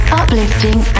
uplifting